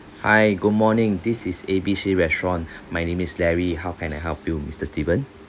hi good morning this is A B C restaurant my name is larry how can I help you mister steven